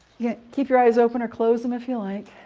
yeah keep your eyes open, or close them if you like,